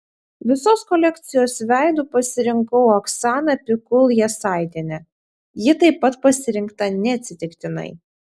visos kolekcijos veidu pasirinkau oksaną pikul jasaitienę ji taip pat pasirinkta neatsitiktinai